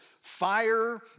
fire